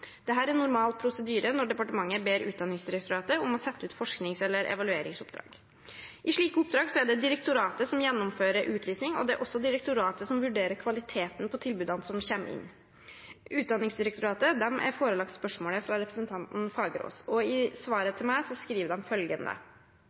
er normal prosedyre når departementet ber Utdanningsdirektoratet om å sette ut forsknings- eller evalueringsoppdrag. I slike oppdrag er det direktoratet som gjennomfører utlysning, og det er også direktoratet som vurderer kvaliteten på tilbudene som kommer inn. Utdanningsdirektoratet er forelagt spørsmålet fra representanten Fagerås, og i svaret